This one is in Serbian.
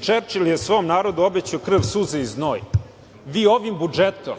Čerčil je svom narodu obećao krv, suze i znoj. Vi ovim budžetom